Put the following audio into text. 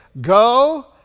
Go